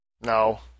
No